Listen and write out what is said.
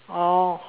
oh